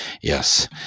Yes